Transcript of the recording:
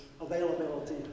availability